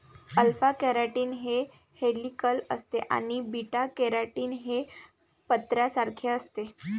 alpha keratin हे helical असते आणि बीटा केराटीन हे पत्र्यासारखे असते